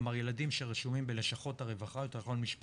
כלומר ילדים שרשומים בלשכות הרווחה או יותר נכון משפחותיהם,